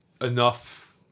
enough